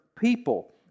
people